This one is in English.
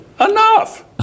Enough